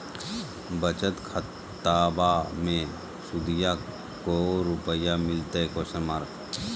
बचत खाताबा मे सुदीया को रूपया मिलते?